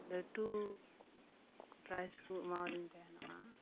ᱞᱟᱹᱴᱩ ᱯᱨᱟᱭᱤᱡᱽ ᱠᱚ ᱮᱢᱟᱣ ᱫᱤᱧ ᱛᱟᱦᱮᱱᱚᱜᱼᱟ